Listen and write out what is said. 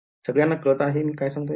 सगळ्यांना कळतंय मी जे सांगतोय ते